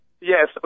Yes